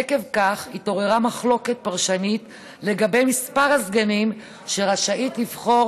עקב כך התעוררה מחלוקת פרשנית לגבי מספר הסגנים שרשאית לבחור